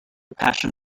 passion